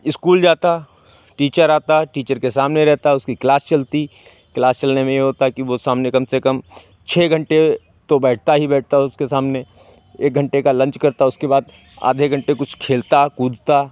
school जाता teacher आता teacher के सामने रहता उसकी क्लास चलती क्लास चलने में ये होता कि वो सामने कम से कम छे घंटे तो बैठता ही बैठता उसके सामने एक घंटे का लंच करता उसके बाद आधे घंटे कुछ खेलता कूदता